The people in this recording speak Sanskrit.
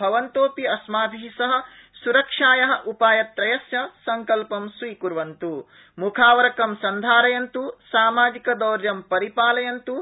भवन्तोऽपि अस्माभि सह स्रक्षाया उपायत्रयस्य सङ्कल्प स्वीकुर्वन्तु मुखावरकं सन्धारयन्त् सामाजिकदौर्यं परिपालयन्तु